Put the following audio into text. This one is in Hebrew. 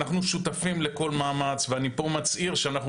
אנחנו שותפים לכל מאמץ ואני פה מצהיר שאנחנו